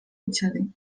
ucięli